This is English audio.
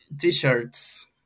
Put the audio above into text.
t-shirts